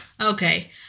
Okay